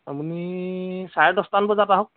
আপুনি চাৰে দহটামান বজাত আহক